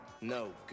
No